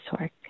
work